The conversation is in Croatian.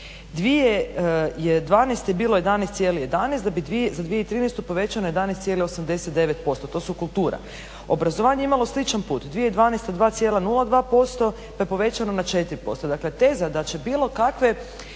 2012. je bilo 11,11, da bi za 2013. povećano 11,89%, to su kultura. Obrazovanje je imalo sličan put, 2012. 2,02% pa je povećano na 4%. Dakle, teza da će bilo kakve,